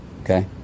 okay